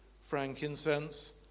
frankincense